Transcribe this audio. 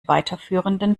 weiterführenden